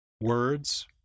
Words